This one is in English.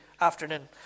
afternoon